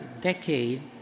decade